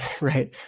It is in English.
right